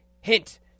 Hint